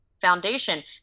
foundation